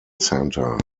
centre